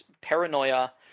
paranoia